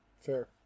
Fair